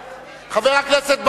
חברת הכנסת זוארץ.